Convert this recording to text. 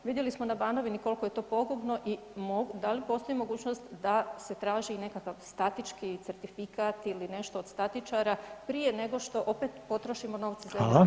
Vidjeli smo na Banovini koliko je to pogubno i da li postoji mogućnost da se traži i nekakav statički certifikat ili nešto od statičara prije nego što opet potrošimo novce za energetsku obnovu?